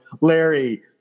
Larry